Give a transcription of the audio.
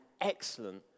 excellent